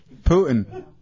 Putin